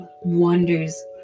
wonders